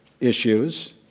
Issues